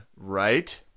right